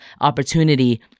opportunity